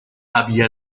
había